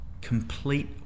complete